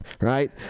right